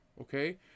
Okay